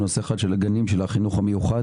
ונושא אחד של הגנים של החינוך המיוחד,